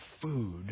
food